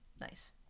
Nice